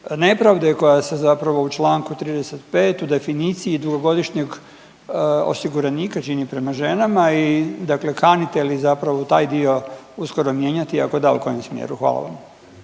nepravde koja se zapravo u članku 35. u definiciji dugogodišnjeg osiguranika čini prema ženama. I dakle kanite li zapravo taj dio uskoro mijenjati? Ako da u kojem smjeru? Hvala vam.